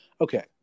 Okay